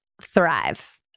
thrive